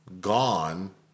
gone